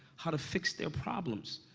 how to fix their problems,